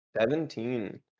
Seventeen